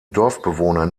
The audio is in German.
dorfbewohner